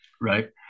right